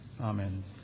Amen